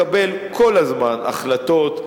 מקבל כל הזמן החלטות,